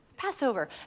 Passover